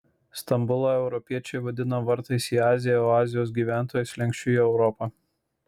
stambulą europiečiai vadina vartais į aziją o azijos gyventojai slenksčiu į europą